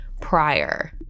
prior